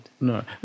no